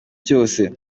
cyose